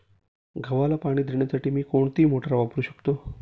गव्हाला पाणी देण्यासाठी मी कोणती मोटार वापरू शकतो?